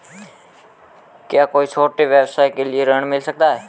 क्या कोई छोटे व्यवसाय के लिए ऋण मिल सकता है?